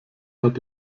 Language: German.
hat